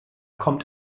kommt